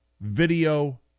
video